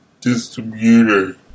Distributor